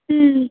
ம்